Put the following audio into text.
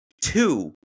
two